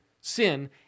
sin